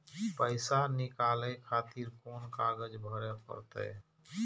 पैसा नीकाले खातिर कोन कागज भरे परतें?